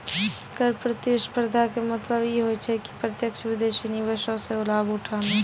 कर प्रतिस्पर्धा के मतलब इ होय छै कि प्रत्यक्ष विदेशी निवेशो से लाभ उठाना